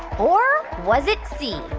or was it c,